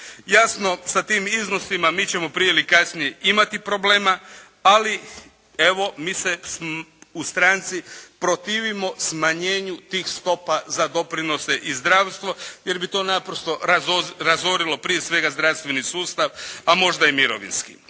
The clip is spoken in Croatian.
Jasno sa tim iznosima mi ćemo prije ili kasnije imati problema, ali evo mi se u stranci protivimo smanjenju tih stopa za doprinose i zdravstvo, jer bi to naprosto razorilo prije svega zdravstveni sustav, a možda i mirovinski.